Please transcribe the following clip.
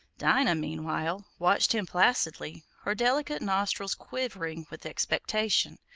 dinah, meanwhile, watched him placidly, her delicate nostrils quivering with expectation,